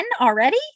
already